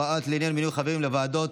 (הוראות לעניין מינוי חברים לוועדות),